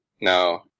No